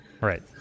Right